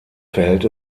verhält